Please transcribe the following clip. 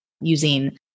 using